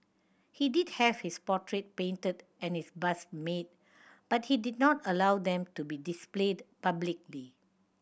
he did have his portrait painted and his bust made but he did not allow them to be displayed publicly